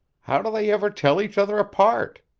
how do they ever tell each other apart?